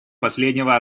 последнего